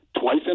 twice